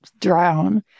drown